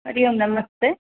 हरि ओं नमस्ते